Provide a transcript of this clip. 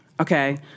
Okay